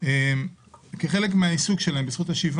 תקשיבי לי רגע,